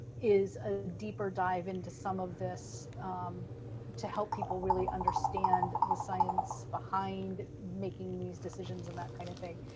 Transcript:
is a deeper dive into some of this to help people really understand the science behind making these decisions and that kind of thing.